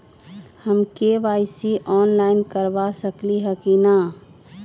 हम KYC online करवा सकली ह कि न?